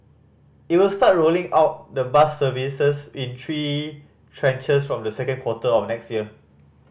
it will start rolling out the bus services in three tranches from the second quarter of next year